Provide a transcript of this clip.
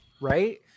right